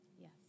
Yes